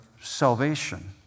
salvation